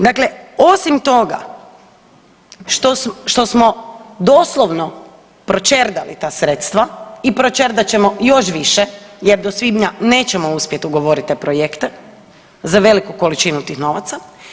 Dakle, osim toga što smo doslovno pročerdali ta sredstva i pročerdat ćemo još više, jer do svibnja nećemo uspjeti ugovoriti te projekte za veliku količinu tih novaca.